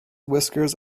whiskers